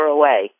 away